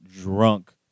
drunk